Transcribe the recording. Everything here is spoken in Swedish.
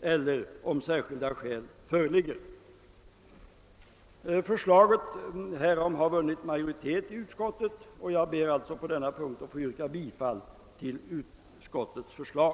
eller om särskilda skäl föreligger. Förslaget härom har vunnit majoritet i utskottet, och jag ber att på denna punkt få yrka bifall till utskottets förslag.